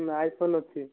iPhone ଅଛି